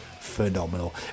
phenomenal